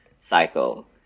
cycle